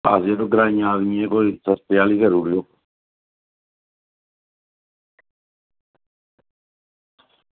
आखदे तुस ग्रांई आदमियै ई कोई सस्ती आह्ली करी ओड़ेओ